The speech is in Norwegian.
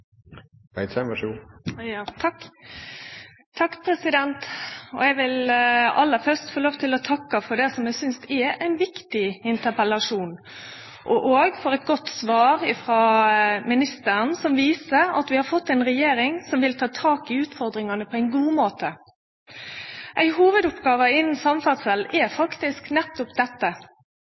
viktig interpellasjon, og for eit godt svar frå ministeren, som viser at vi har fått ei regjering som vil ta tak i utfordringane på ein god måte. Ei hovudoppgåve innanfor samferdsle er faktisk nettopp dette: